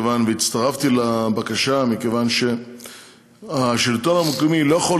והצטרפתי לבקשה מכיוון שהשלטון המרכזי לא יכול